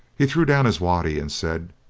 he threw down his waddy and said